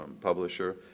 publisher